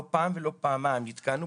לא פעם ולא פעמיים נתקלנו